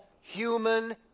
human